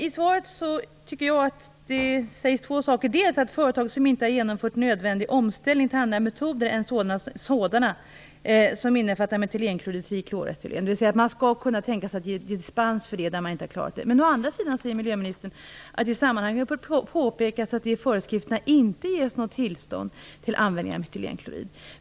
I svaret sägs att företag som inte har genomfört en nödvändig omställning till andra metoder än sådana som innefattar metylenklorid och trikloretylen skall kunna få dispens, men å andra sidan säger miljöministern att det i sammanhanget bör påpekas att det i föreskrifterna inte ges något tillstånd till användning av metylenklorid.